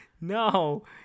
No